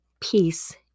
Peace